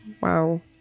Wow